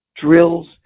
drills